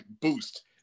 boost